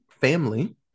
family